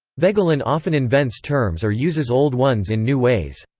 voegelin often invents terms or uses old ones in new ways.